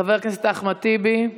חבר הכנסת אחמד טיבי,